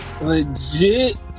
legit